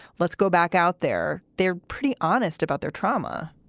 let's go back out there. they're pretty honest about their trauma